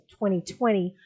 2020